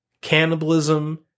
cannibalism